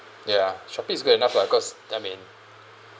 ya Shopee is good enough lah cause I mean